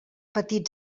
petit